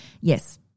Yes